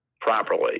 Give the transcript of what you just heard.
properly